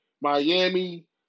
Miami